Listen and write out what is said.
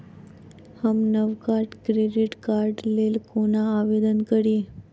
हम नवका डेबिट कार्डक लेल कोना आवेदन करी?